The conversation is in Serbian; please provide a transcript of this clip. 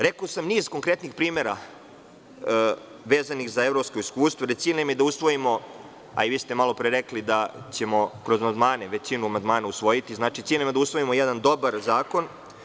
Rekao sam niz konkretnih primera vezanih za evropskoj iskustvo, jer cilj nam je da usvojimo, a i vi ste malo pre rekli da ćemo kroz amandmane, većinu amandmana usvojiti, znači cilj nam je da usvojimo jedan dobar zakon.